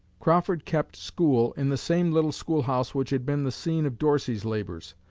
crawford kept school in the same little school-house which had been the scene of dorsey's labors,